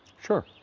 sure.